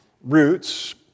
roots